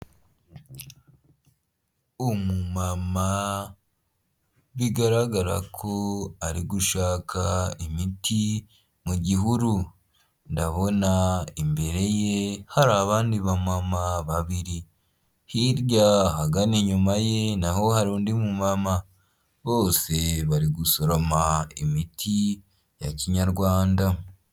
umu mama bigaragara ko ari gushaka imiti mu gihuru, ndabona imbere ye hari abandi bamama babiri hirya ahagana inyuma ye naho hari undi mama, bose bari gusoroma imiti ya Kinyarwanda.